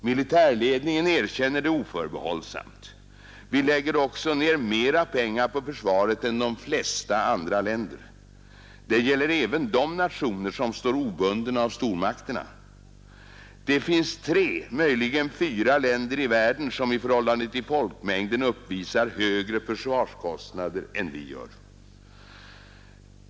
Militärledningen erkänner det oförbehållsamt. Vi lägger också ned mera pengar på försvaret än de flesta andra länder. Det gäller även de nationer som står obundna av stormakterna. Det finns tre, möjligen fyra länder i världen som i förhållande till folkmängden uppvisar högre försvarskostnader än vi.